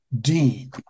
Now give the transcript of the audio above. Dean